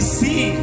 see